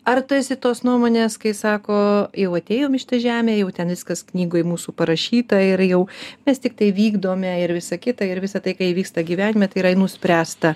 ar tu esi tos nuomonės kai sako jau atėjom į šitą žemę jau ten viskas knygoj mūsų parašyta ir jau mes tiktai vykdome ir visa kita ir visa tai kai įvyksta gyvenime tai yra nuspręsta